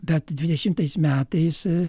bet dvidešimtais metais